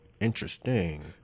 interesting